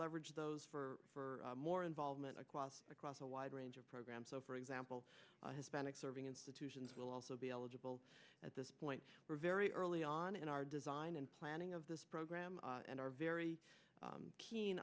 leverage those for more involvement or quasi across a wide range of programs so for example a hispanic serving institutions will also be eligible at this point we're very early on in our design and planning of this program and are very keen